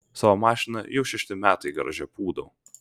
savo mašiną jau šešti metai garaže pūdau